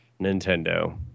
Nintendo